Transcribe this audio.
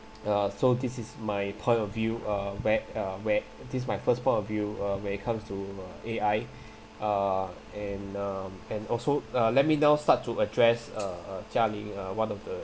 uh so this is my point of view uh where uh where this my first point of view uh when it comes to uh A_I uh and um and also uh let me now start to address uh uh jia-ling uh one of the